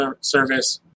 service